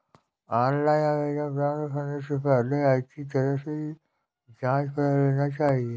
online आवेदन प्राप्त करने से पहले अच्छी तरह से जांच परख लेना चाहिए